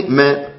meant